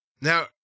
Now